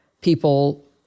people